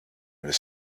are